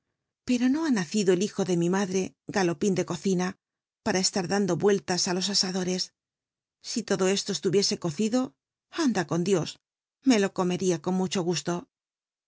pero no ha nacido el hijo de mi madre galopín de cocina para c lar dando u ellas á lo a adore si lodo esto cslll i e cocido antia con dios me lo comería con mucho gu